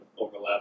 overlap